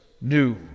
new